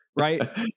Right